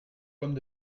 pommes